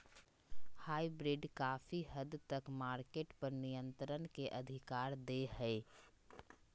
hybrid काफी हद तक मार्केट पर नियन्त्रण के अधिकार दे हय